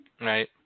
Right